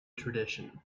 tradition